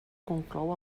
conclou